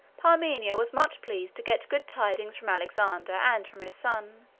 parmenio was much pleased to get good tidings from alexander, and from his son,